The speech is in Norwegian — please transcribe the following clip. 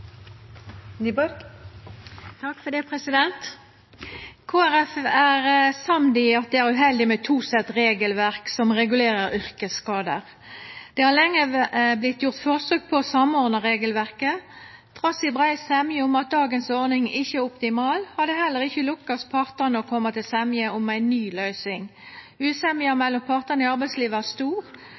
samd i at det er uheldig med to sett regelverk som regulerer yrkesskader. Det har lenge vorte gjort forsøk på å samordna regelverket. Trass i brei semje om at dagens ordning ikkje er optimal, har det ikkje lukkast partane å koma fram til semje om ei ny løysing. Usemja mellom partane i arbeidslivet er stor,